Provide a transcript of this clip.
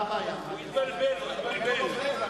בבקשה,